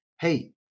hey